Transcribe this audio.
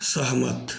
सहमत